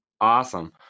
awesome